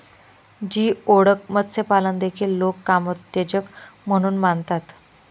geoduck मत्स्यपालन देखील लोक कामोत्तेजक म्हणून मानतात